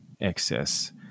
excess